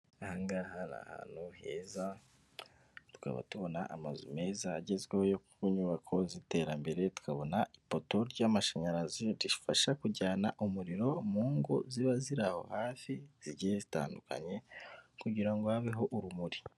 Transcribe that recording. Ahangaha ni ahantu heza, tukaba tubona amazu meza agezweho yo ku nyubako z'iterambere. Tukabona ipoto ry'amashanyarazi rifasha kujyana umuriro mu ngo ziba ziri aho hafi zigiye zitandukanye, kugira ngo habeho urumuri.